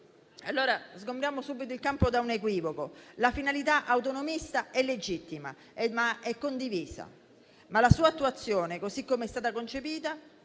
importanti. Sgombriamo subito il campo allora da un equivoco: la finalità autonomista è legittima e condivisa, ma la sua attuazione, così com'è stata concepita,